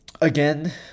again